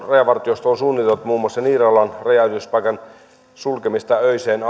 rajavartiosto on suunnitellut muun muassa niiralan rajanylityspaikan sulkemista öiseksi